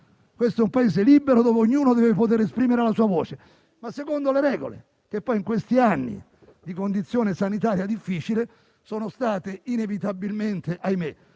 questo è un Paese libero dove ognuno deve poter esprimere la sua voce, ma secondo le regole, che poi, in questi anni di condizione sanitaria difficile, sono state inevitabilmente - ahimè